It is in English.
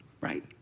right